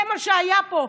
זה מה שהיה פה.